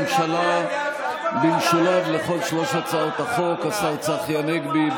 ישיב בשם הממשלה במשולב על כל שלוש הצעות החוק השר צחי הנגבי.